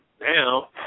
now